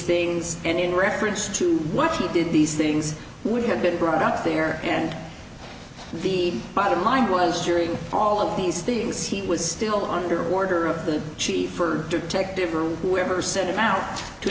things and in reference to what he did these things would have been brought out there and the bottom line was during all of these things he was still under order of the chief detective or whoever sent him out to